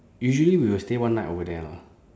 usually we will stay one night over there lah